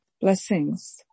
Blessings